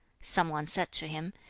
some one said to him,